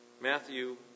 Matthew